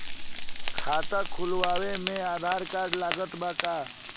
खाता खुलावे म आधार कार्ड लागत बा का?